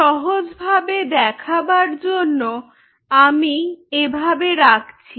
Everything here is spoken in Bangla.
সহজভাবে দেখাবার জন্য আমি এভাবে রাখছি